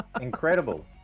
Incredible